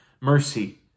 mercy